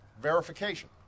verification